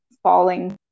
falling